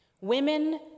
women